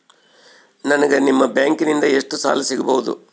ನನಗ ನಿಮ್ಮ ಬ್ಯಾಂಕಿನಿಂದ ಎಷ್ಟು ಸಾಲ ಸಿಗಬಹುದು?